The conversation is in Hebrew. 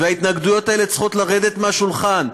ההתנגדויות האלה צריכות לרדת מהשולחן.